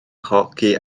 hoci